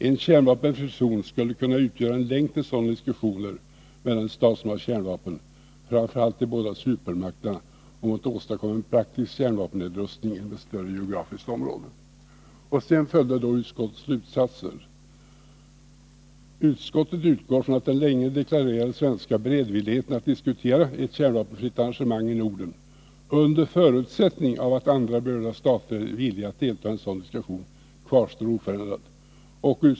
En kärnvapenfri zon skulle kunna utgöra en länk mellan de stater som har kärnvapen, framför allt de båda supermakterna, i diskussioner om att åstadkomma en praktisk kärnvapennedrustning inom ett större geografiskt område. Sedan följer utskottets slutsatser: ”Utskottet utgår ifrån att den sedan länge deklarerade svenska beredvilligheten att diskutera ett kärnvapenfritt arrangemang i Norden, under förutsättning att andra berörda stater är villiga att delta i en sådan diskussion, kvarstår oförändrad.